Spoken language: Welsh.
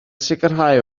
sicrhau